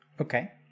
Okay